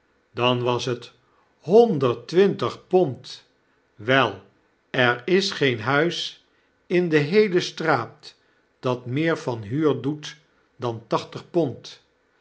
dan was het honderd twintig pond wei er is geen huis in de heele straat dat meer van huur doet dan tachtig pond